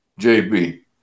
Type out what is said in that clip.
JB